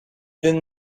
then